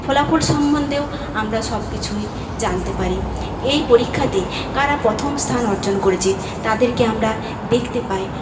ফলাফল সম্মন্ধেও আমরা সব কিছুই জানতে পারি এই পরীক্ষাতে কারা প্রথম স্থান অর্জন করেছে তাদেরকে আমরা দেখতে পাই